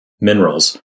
minerals